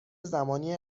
زمانی